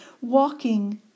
walking